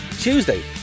Tuesday